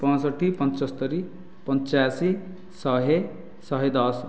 ପଞ୍ଚଷଠି ପଞ୍ଚସ୍ତରୀ ପଞ୍ଚାଅଶି ଶହେ ଶହେ ଦଶ